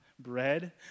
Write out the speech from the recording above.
Bread